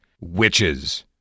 Witches